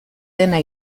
dena